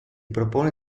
propone